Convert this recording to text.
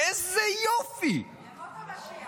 נמצאים בתקופה של גאולה, לא פחות.